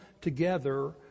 together